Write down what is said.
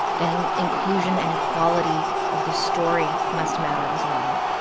then inclusion and equality of the story must matter, as well